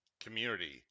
community